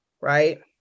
Right